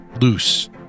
loose